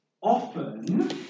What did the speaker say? often